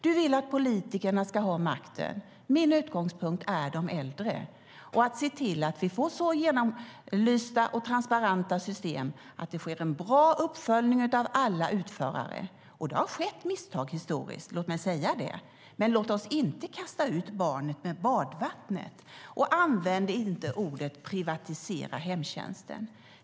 Du vill att politikerna ska ha makten. Min utgångspunkt är de äldre och att se till att vi får genomlysta och transparenta system och att det sker en bra uppföljning av alla utförare. Låt mig säga att det har skett misstag historiskt, men låt oss inte kasta ut barnet med badvattnet. Och använd inte ordet "privatisera" hemtjänsten!